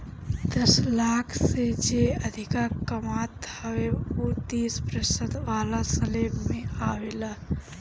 दस लाख से जे अधिका कमात हवे उ तीस प्रतिशत वाला स्लेब में आवेला